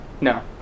No